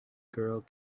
girl